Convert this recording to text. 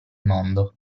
mondo